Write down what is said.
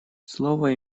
слово